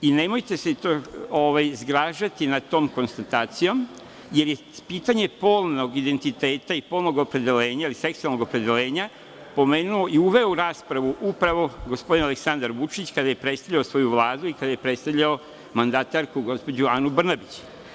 Nemojte se zgražavati nad tom konstatacijom jer je pitanje polnog identiteta i polnog opredeljenja pomenuo i uveo u raspravu upravo gospodin Aleksandar Vučić kada je predstavljao svoju Vladu i kada je predstavljao mandatarku, gospođu Anu Brnabić.